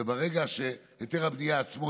וברגע שהיתר הבנייה עצמו,